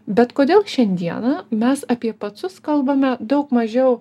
bet kodėl šiandieną mes apie pacus kalbame daug mažiau